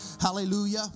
Hallelujah